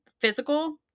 physical